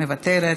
מוותרת.